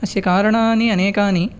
अस्य कारणानि अनेकानि